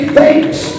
thanks